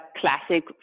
classic